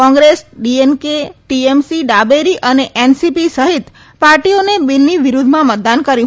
કોંગ્રેસ ડીએનકે ટીએમસી ડાબેરી અને એનસીપી સહિત પાર્ટીઓને બિલની વિરુદ્વમાં મતદાન કર્યું